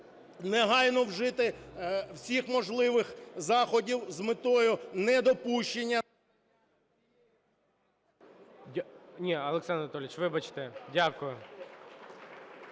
негайно вжити всіх можливих заходів з метою недопущення…